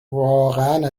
واقعا